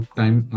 time